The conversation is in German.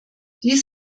dies